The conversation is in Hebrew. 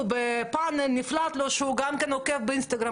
בפאנל נפלט לו שהוא גם כן עוקב באינסטגרם